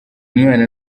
mwana